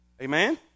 Amen